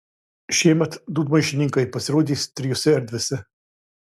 šiemet dūdmaišininkai pasirodys trijose erdvėse